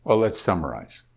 ah let's summarize